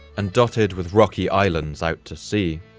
and dotted with rocky islands out to sea.